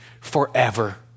forever